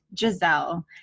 Giselle